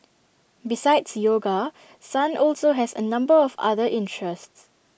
besides yoga sun also has A number of other interests